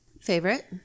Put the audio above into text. Favorite